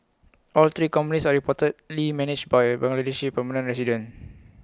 all three companies are reportedly managed by A Bangladeshi permanent resident